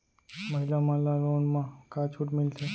महिला मन ला लोन मा का छूट मिलथे?